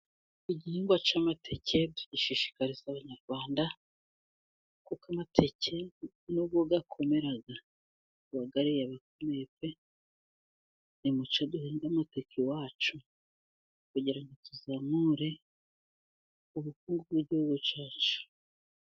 Igihingwa cy'amateke tugishishikariza abanyarwanda, kuko amateke nubwo akomera, uwayariye aba akomeye pe, nimucyo duhinge amateke iwacu, kugira ngo tuzamure ubukungu bw'igihugu cyacu.